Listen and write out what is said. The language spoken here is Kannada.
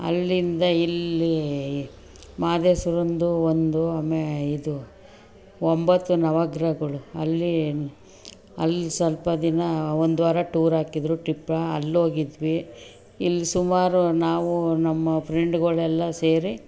ಅಲ್ಲಿಂದ ಇಲ್ಲಿ ಮಹದೇಶ್ವರಂದು ಒಂದು ಮೆ ಇದು ಒಂಬತ್ತು ನವಗ್ರಹಗಳು ಅಲ್ಲಿ ಅಲ್ಲಿ ಸ್ವಲ್ಪ ದಿನ ಒಂದು ವಾರ ಟೂರ್ ಹಾಕಿದ್ರು ಟ್ರಿಪ್ಪ ಅಲ್ಲೋಗಿದ್ವಿ ಇಲ್ಲಿ ಸುಮಾರು ನಾವು ನಮ್ಮ ಫ್ರೆಂಡ್ಗಳೆಲ್ಲ ಸೇರಿ